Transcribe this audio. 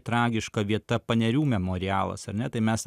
tragiška vieta panerių memorialas ar ne tai mes